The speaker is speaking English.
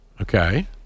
Okay